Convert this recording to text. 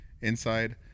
inside